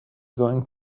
going